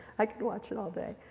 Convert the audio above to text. i could watch it all day.